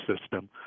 system